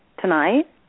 tonight